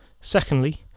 Secondly